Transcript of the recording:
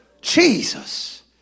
Jesus